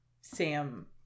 sam